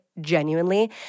genuinely